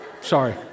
Sorry